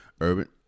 Urban